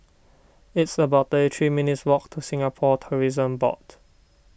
it's about thirty three minutes' walk to Singapore Tourism Board